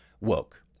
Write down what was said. woke